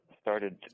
started